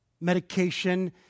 medication